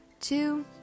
Two